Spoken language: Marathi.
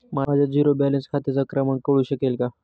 माझ्या झिरो बॅलन्स खात्याचा क्रमांक कळू शकेल का?